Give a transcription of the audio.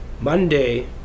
Monday